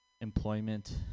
employment